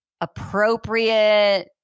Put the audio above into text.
appropriate